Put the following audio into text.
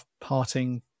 parting